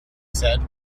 said